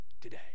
today